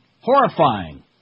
Horrifying